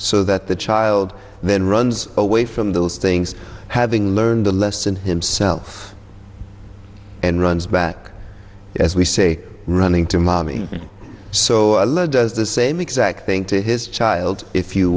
so that the child then runs away from those things having learned a lesson himself and runs back as we say running to mommy so does the same exact thing to his child if you